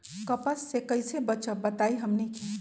कपस से कईसे बचब बताई हमनी के?